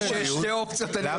עמדה, תגידו את העמדה.